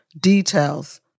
details